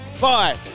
bye